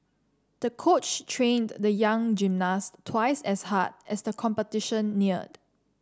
the coach trained the young gymnast twice as hard as the competition neared